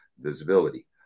visibility